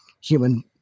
human